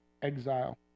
exile